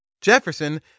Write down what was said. Jefferson